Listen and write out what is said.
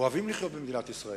אוהבים לחיות במדינת ישראל,